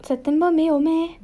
september 没有 meh